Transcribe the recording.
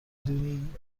دونی